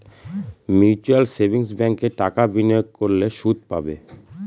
mutual savings ব্যাঙ্কে টাকা বিনিয়োগ করলে সুদ পাবে